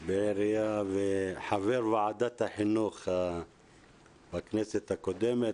בעירייה וחבר ועדת החינוך בכנסת הקודמת.